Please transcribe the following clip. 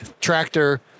tractor